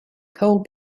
cole